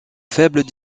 faible